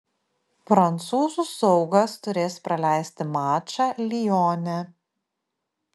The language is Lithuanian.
prancūzų saugas turės praleisti mačą lione